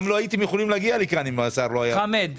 לא הייתם יכולים להגיע לכאן אם השר לא היה -- חמד,